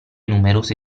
numerose